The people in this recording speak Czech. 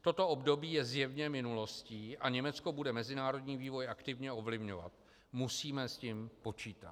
Toto období je zjevně minulostí a Německo bude mezinárodní vývoj aktivně ovlivňovat. Musíme s tím počítat.